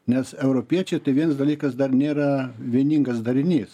nes europiečiai tai viens dalykas dar nėra vieningas darinys